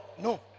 No